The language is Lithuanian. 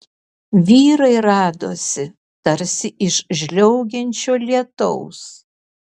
vyrai radosi tarsi iš žliaugiančio lietaus